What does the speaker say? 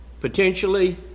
Potentially